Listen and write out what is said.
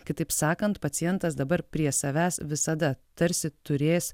kitaip sakant pacientas dabar prie savęs visada tarsi turės